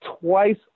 twice